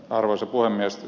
arvoisa puhemies